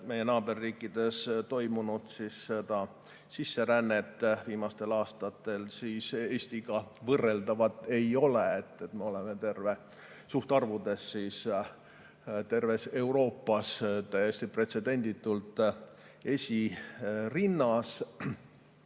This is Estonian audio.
meie naaberriikides, toimunud sisserännet viimastel aastatel, siis see ei ole Eestiga võrreldav. Me oleme suhtarvudes terves Euroopas täiesti pretsedenditult esirinnas.